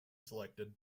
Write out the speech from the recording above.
selected